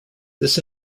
this